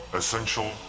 essential